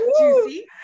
juicy